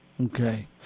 Okay